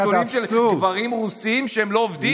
יש לך נתונים על גברים רוסים שלא עובדים?